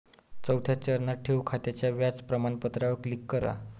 चौथ्या चरणात, ठेव खात्याच्या व्याज प्रमाणपत्रावर क्लिक करा